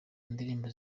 ndirimbo